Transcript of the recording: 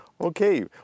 Okay